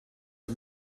her